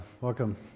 Welcome